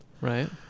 Right